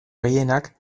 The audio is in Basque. gehienak